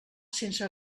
sense